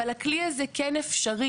אבל הכלי הזה כן אפשרי.